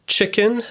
Chicken